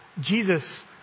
Jesus